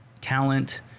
talent